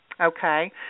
Okay